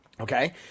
Okay